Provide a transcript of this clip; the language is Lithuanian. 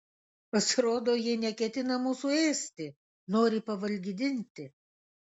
pasirodo jie neketina mūsų ėsti nori pavalgydinti